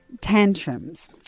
Tantrums